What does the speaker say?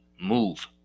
Move